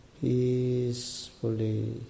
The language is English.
peacefully